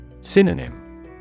Synonym